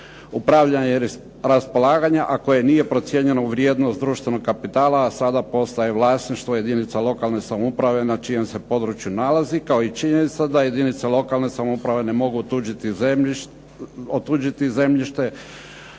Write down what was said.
upravljanja, raspolaganja, a koje nije procijenjeno u vrijednost društvenog kapitala, a sada postaje vlasništvo jedinica lokalne samouprave na čijem se području nalazi, kao i činjenica da jedinica lokalne samouprave ne mogu otuđiti zemljište,